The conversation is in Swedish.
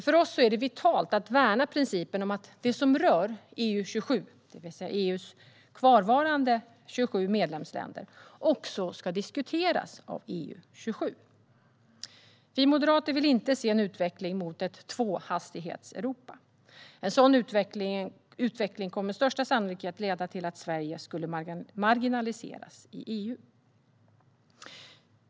För oss är det vitalt att värna principen om att det som rör EU-27, det vill säga EU:s kvarvarande 27 medlemsländer, också ska diskuteras av EU-27. Vi moderater vill inte se en utveckling mot ett Tvåhastighetseuropa. En sådan utveckling skulle med största sannolikhet leda till att Sverige marginaliseras i EU.